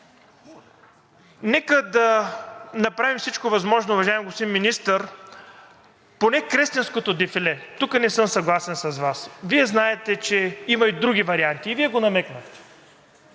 нека да направим всичко възможно, уважаеми господин Министър, поне Кресненското дефиле. Тук не съм съгласен с Вас. Вие знаете, че има и други варианти, и Вие го намекнахте.